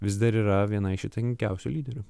vis dar yra viena iš įtakingiausių lyderių